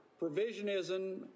Provisionism